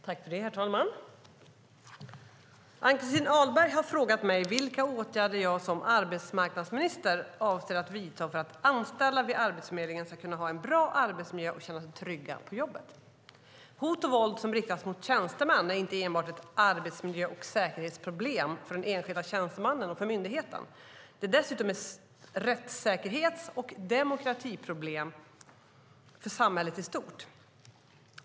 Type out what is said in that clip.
Herr talman! Ann-Christin Ahlberg har frågat mig vilka åtgärder jag som arbetsmarknadsminister avser att vidta för att anställda vid Arbetsförmedlingen ska kunna ha en bra arbetsmiljö och känna sig trygga på jobbet. Hot och våld som riktas mot tjänstemän är inte enbart ett arbetsmiljö och säkerhetsproblem för den enskilda tjänstemannen och för myndigheten. Det är dessutom ett rättsäkerhets och demokratiproblem för samhället i stort.